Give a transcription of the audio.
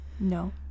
no